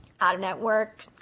out-of-network